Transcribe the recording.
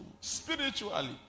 spiritually